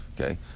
Okay